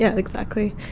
yeah exactly.